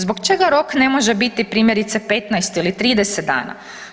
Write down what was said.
Zbog čega rok ne može biti primjerice 15 ili 30 dana?